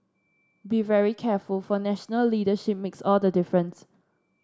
be very careful for national leadership makes all the difference